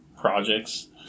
projects